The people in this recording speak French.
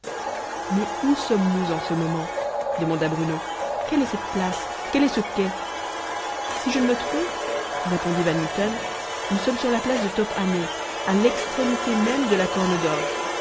mais où sommes-nous en ce moment demanda bruno quelle est cette place quel est ce quai si je ne me trompe répondit van mitten nous sommes sur la place de top hané à l'extrémité même de la